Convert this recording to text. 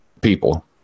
people